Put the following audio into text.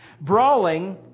Brawling